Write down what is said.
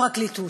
הפרקליטות.